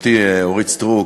חברתי אורית סטרוק,